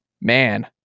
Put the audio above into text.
man